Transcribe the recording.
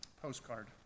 Postcard